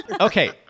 Okay